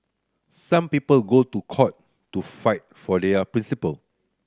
some people go to court to fight for their principle